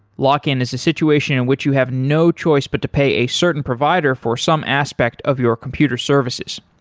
lock-in is a situation in which you have no choice but to pay a certain provider for some aspect of your computer services.